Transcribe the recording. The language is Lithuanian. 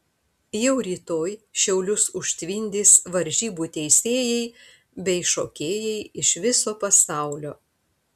jau rytoj šiaulius užtvindys varžybų teisėjai bei šokėjai iš viso pasaulio